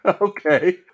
Okay